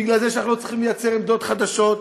בגלל זה שאנחנו לא צריכים לייצר עמדות חדשות,